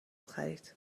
خرید